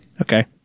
Okay